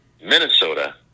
Minnesota